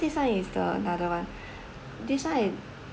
this one is the another one this one it